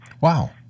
Wow